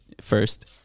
first